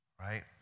Right